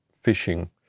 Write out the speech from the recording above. fishing